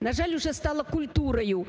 На жаль, уже стало культурою